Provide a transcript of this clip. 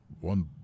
One